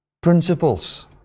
principles